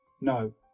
No